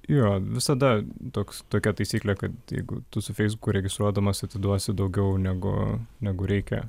jo visada toks tokia taisyklė kad jeigu tu su feisbuku registruodamas atiduosi daugiau negu negu reikia